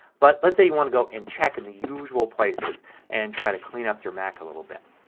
but let's say you want to go and check in the usual places and try to clean up your mac a little bit.